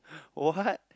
what